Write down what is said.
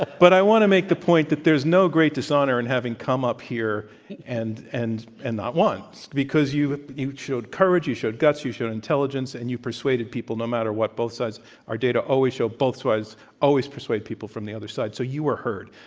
but i want to make the point that there's no great dishonor in having come up here and and and not won, because you you showed courage, you showed guts, you showed intelligence, and you persuaded people no matter what. both sides our data always show both sides always persuade people from the other side. so you are heard.